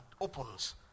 opens